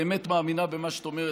באמת מאמינה במה שאת אומרת,